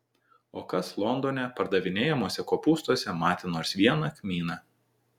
o kas londone pardavinėjamuose kopūstuose matė nors vieną kmyną